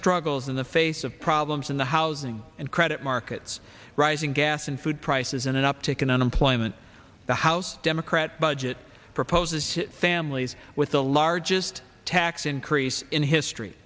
struggles in the face of problems in the housing and credit markets rising gas and food prices and an uptick in unemployment the house democrat budget proposes to families with the largest tax increase in history